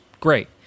great